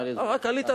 רק עלית,